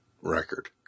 record